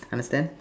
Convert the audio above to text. understand